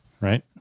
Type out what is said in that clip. right